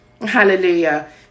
hallelujah